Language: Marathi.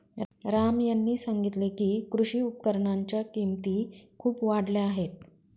राम यांनी सांगितले की, कृषी उपकरणांच्या किमती खूप वाढल्या आहेत